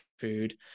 food